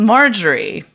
Marjorie